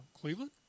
Cleveland